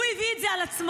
הוא הביא את זה על עצמו.